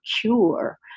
cure